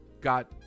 got